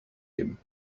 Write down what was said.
him